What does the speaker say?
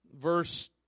Verse